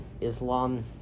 Islam